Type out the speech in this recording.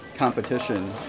competition